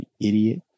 idiot